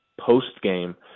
post-game